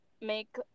make